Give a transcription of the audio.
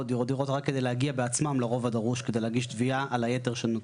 רק כדי להגיע בעצמם לרוב הדרוש כדי להגיש תביעה על היתר שנותר,